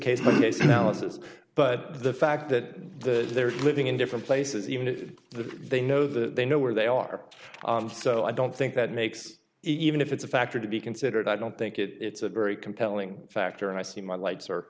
this but the fact that they're living in different places even if they know they know where they are so i don't think that makes even if it's a factor to be considered i don't think it's a very compelling factor and i see my lights are